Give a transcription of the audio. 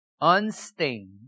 unstained